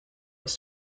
its